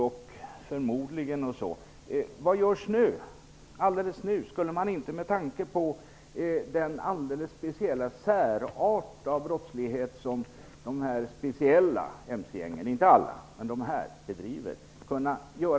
Skulle man inte kunna göra någon form av punktinsats med tanke på den alldeles speciella brottslighet som de här mc-gängen - inte alla, men de här - bedriver?